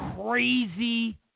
crazy